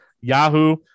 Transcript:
Yahoo